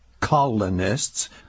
colonists